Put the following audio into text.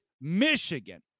Michigan